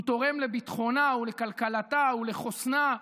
הוא תורם לביטחונה ולכלכלתה ולחוסנה.